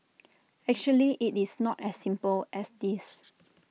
actually IT is not as simple as this